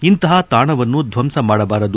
ಇಂತಹ ತಾಣವನ್ನು ಧ್ವಂಸ ಮಾಡಬಾರದು